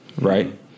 Right